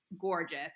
gorgeous